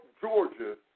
Georgia